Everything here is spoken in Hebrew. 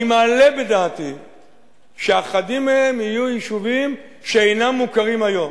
אני מעלה בדעתי שאחדים מהם יהיו יישובים שאינם מוכרים היום,